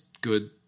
good